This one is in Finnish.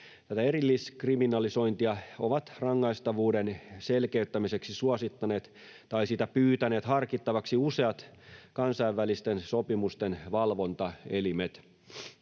Erilliskriminalisointia ovat rangaistavuuden selkeyttämiseksi suosittaneet tai sitä pyytäneet harkittavaksi useat kansainvälisten sopimusten valvontaelimet.